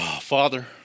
Father